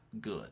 good